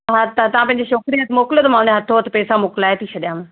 हा त तव्हां पंहिंजे छोकिरे खे मोकिलियो त मां उन जे हथो हथु पैसा मोकिलाइ थी छॾिया